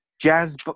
jazz